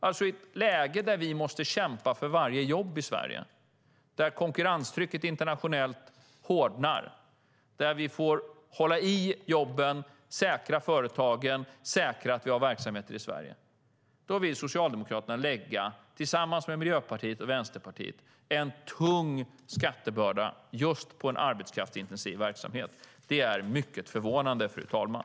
I ett läge där vi måste kämpa för varje jobb i Sverige, där konkurrenstrycket internationellt hårdnar, där vi får hålla i jobben, säkra företagen och säkra att vi har verksamheter i Sverige vill Socialdemokraterna tillsammans med Miljöpartiet och Vänsterpartiet lägga en tung skattebörda just på en arbetskraftsintensiv verksamhet. Det är mycket förvånande, fru talman.